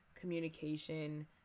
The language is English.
communication